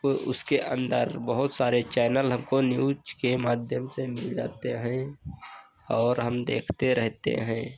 को उसके अन्दर बहुत सारे चैनल हमको न्यूज़ के माध्यम से मिल जाते हैं और हम देखते रहते हैं